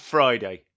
Friday